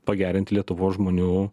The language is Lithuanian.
pagerint lietuvos žmonių